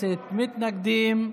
26 חברי כנסת מתנגדים.